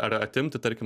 ar atimti tarkim